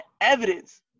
evidence